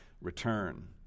return